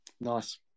Nice